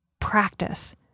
practice